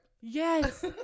yes